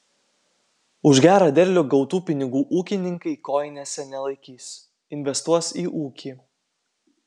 už gerą derlių gautų pinigų ūkininkai kojinėse nelaikys investuos į ūkį